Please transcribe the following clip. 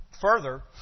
further